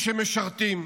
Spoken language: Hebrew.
מעטים שמשרתים,